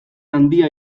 handia